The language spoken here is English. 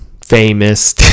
famous